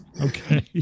Okay